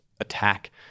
attack